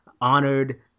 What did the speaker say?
honored